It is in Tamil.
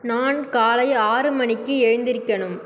நான் காலை ஆறு மணிக்கு எழுந்திரிக்கணும்